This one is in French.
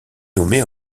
nommée